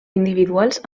individuals